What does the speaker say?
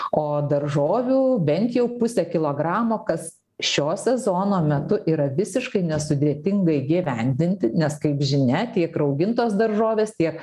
o daržovių bent jau pusę kilogramo kas šio sezono metu yra visiškai nesudėtinga įgyvendinti nes kaip žinia tiek raugintos daržovės tiek